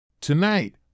Tonight